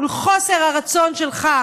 מול חוסר הרצון שלך